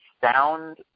sound